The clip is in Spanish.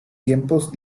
tiempos